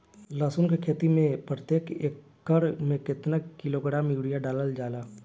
लहसुन के खेती में प्रतेक एकड़ में केतना किलोग्राम यूरिया डालल जाला?